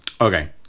okay